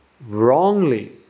wrongly